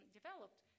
developed